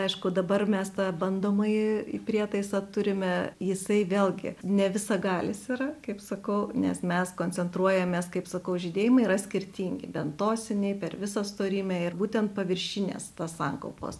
aišku dabar mes tą bandomąjį prietaisą turime jisai vėlgi ne visagalis yra kaip sakau nes mes koncentruojamės kaip sakau žydėjimai yra skirtingi bentosiniai per visą storymę ir būtent paviršinės tos sankaupos